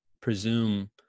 presume